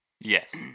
Yes